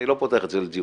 אני לא פותח את זה לדיון.